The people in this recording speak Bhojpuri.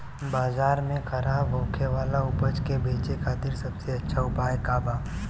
बाजार में खराब होखे वाला उपज के बेचे खातिर सबसे अच्छा उपाय का बा?